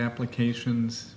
applications